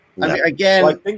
Again